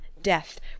death